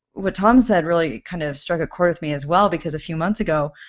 what tom said really kind of struck a chord with me as well because a few months ago,